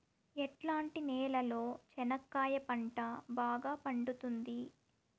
ఎట్లాంటి నేలలో చెనక్కాయ పంట బాగా పండుతుంది?